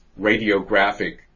radiographic